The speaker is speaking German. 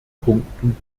punkten